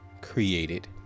created